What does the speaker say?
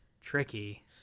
Tricky